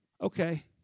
Okay